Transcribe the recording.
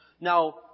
Now